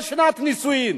של שנות נישואין.